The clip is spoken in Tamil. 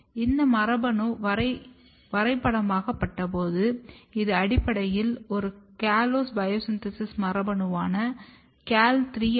இந்த மரபணு வரைபடமாக்கப்பட்டபோது இது அடிப்படையில் ஒரு காலோஸ் பயோ சின்தேசிஸ் மரபணுவான CAL3 ஆகும்